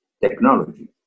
technology